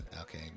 Okay